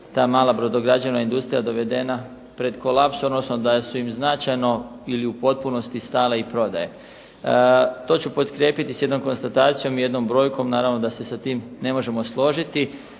ta mala brodograđevna industrija dovedena pred kolaps, odnosno da su im značajno ili u potpunosti stale i prodaje. To ću potkrijepiti sa jednom konstatacijom i jednom brojkom. Naravno da se s tim ne možemo složiti.